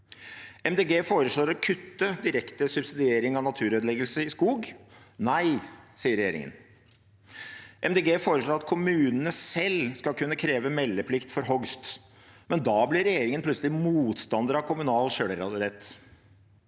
foreslår å kutte direkte subsidiering av naturødeleggelse i skog. Nei, sier regjeringen. – Miljøpartiet De Grønne foreslår at kommunene selv skal kunne kreve meldeplikt for hogst, men da blir regjeringen plutselig motstander av kommunal selvråderett.